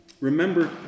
Remember